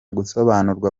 gusobanurwa